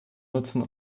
nutzen